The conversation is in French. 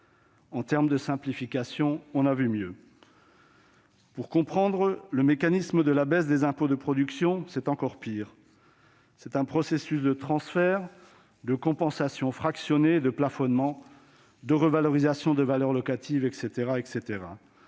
En matière de simplification, on a vu mieux ! Pour comprendre le mécanisme de la baisse des impôts de production, c'est encore pire. C'est un processus de transferts, de compensations fractionnées, de plafonnements, de revalorisations des valeurs locatives, etc.